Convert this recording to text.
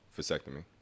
vasectomy